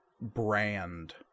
brand